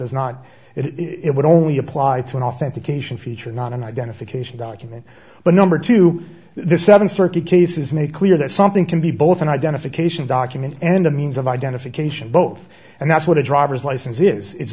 is not it would only apply to an authentication feature not an identification document but number two there's seven circuit cases make clear that something can be both an identification document and a means of identification both and that's what a driver's license is it's